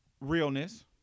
realness